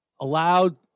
allowed